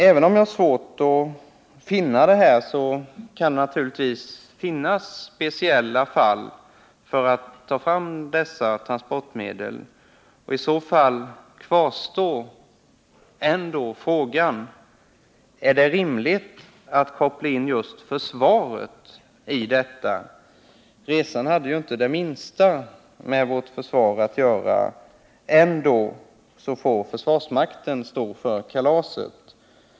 Även om jag har svårt att finna det här, kan det naturligtvis finnas speciella skäl för att ta fram dessa transportmedel. I så fall kvarstår ändå frågan: Är det rimligt att koppla in försvaret i detta sammanhang? Resan hade inte det minsta med vårt försvar att göra. Ändå får försvarsmakten stå för kalaset.